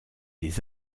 des